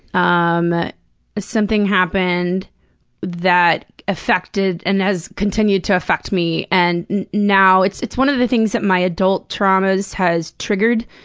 um something happened that affected and has continued to affect me, and now it's it's one of the things that my adult traumas has triggered.